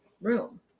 room